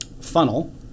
funnel